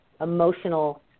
emotional